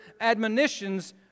admonitions